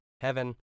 heaven